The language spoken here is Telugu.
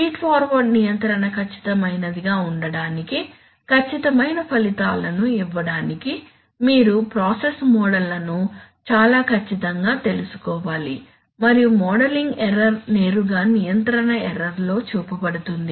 ఫీడ్ ఫార్వర్డ్ నియంత్రణ ఖచ్చితమైనదిగా ఉండటానికి ఖచ్చితమైన ఫలితాలను ఇవ్వడానికి మీరు ప్రాసెస్ మోడళ్లను చాలా ఖచ్చితంగా తెలుసుకోవాలి మరియు మోడలింగ్ ఎర్రర్ నేరుగా నియంత్రణ ఎర్రర్ లో చూపబడుతుంది